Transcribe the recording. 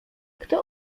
kto